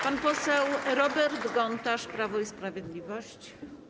Pan poseł Robert Gontarz, Prawo i Sprawiedliwość.